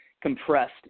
compressed